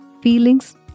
feelings